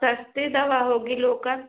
सस्ती दवा होगी लोकल